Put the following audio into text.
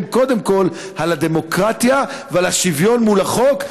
קודם כול על הדמוקרטיה ועל השוויון מול החוק,